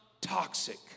toxic